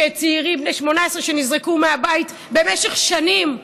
שצעירים בני 18 שנזרקו מהבית במשך שנים.